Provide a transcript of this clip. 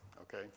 okay